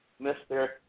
Mr